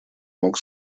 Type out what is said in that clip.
мог